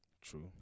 True